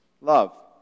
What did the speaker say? love